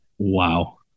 Wow